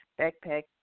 backpack